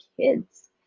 kids